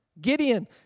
Gideon